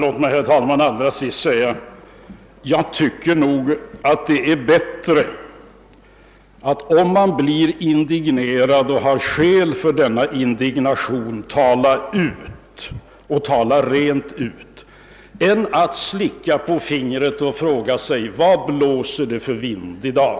Herr talman! Om man blir indignerad och har skäl härför tycker jag nog att det är bättre att tala rent ut än att slicka på fingret och fråga sig vad det blåser för vind i dag.